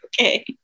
okay